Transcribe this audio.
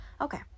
Okay